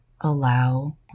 allow